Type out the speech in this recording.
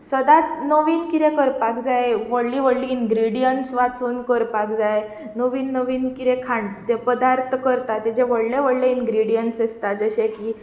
सदांच नवीन कितें करपाक जाय व्हडली इंग्रेडियन्ट्स वाचून करपाक जाय नवीन नवीन कितें खाण खाद्य पदार्थ करता तेचें व्हडलें व्हडलें इंग्रेडीयन्ट्स आसतात जशें की